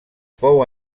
fou